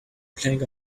plank